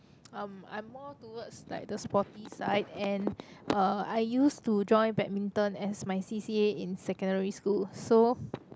um I'm more towards like the sporty side and uh I used to join badminton as my C_C_A in secondary school so